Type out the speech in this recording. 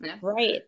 Right